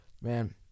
man